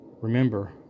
Remember